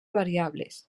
variables